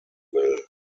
will